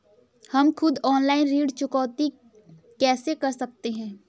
हम खुद ऑनलाइन ऋण चुकौती कैसे कर सकते हैं?